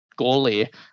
goalie